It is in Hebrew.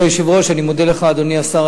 אדוני השר, אני מודה לך על התשובה.